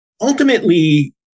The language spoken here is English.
ultimately